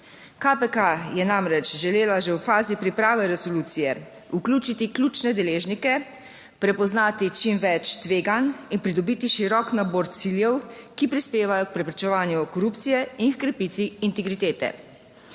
KPK je namreč želela že v fazi priprave resolucije vključiti ključne deležnike, prepoznati čim več tveganj in pridobiti širok nabor ciljev, ki prispevajo k preprečevanju korupcije in h krepitvi integritete.